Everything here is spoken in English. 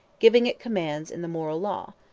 giving it commands in the moral law,